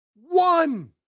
One